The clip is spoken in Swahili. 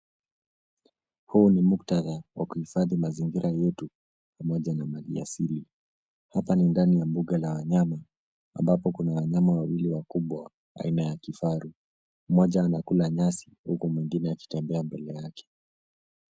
Huu ni muktadha wa kuhifadhi mazingira yetu pamoja na mali asili. Hapa ni ndani ya mbuga la wanyama ambapo kuna wanyama wawili wakubwa aina ya kifaru. Mmoja anakula nyasi huku mwingine akitembea mbele yake.